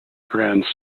grand